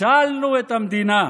הצלנו את המדינה.